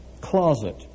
closet